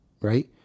right